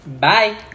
Bye